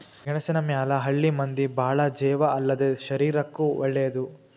ಗೆಣಸಿನ ಮ್ಯಾಲ ಹಳ್ಳಿ ಮಂದಿ ಬಾಳ ಜೇವ ಅಲ್ಲದೇ ಶರೇರಕ್ಕೂ ವಳೇದ